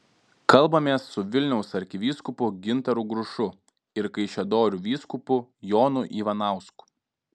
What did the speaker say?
kalbamės su vilniaus arkivyskupu gintaru grušu ir kaišiadorių vyskupu jonu ivanausku